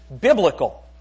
biblical